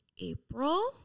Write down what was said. April